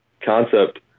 concept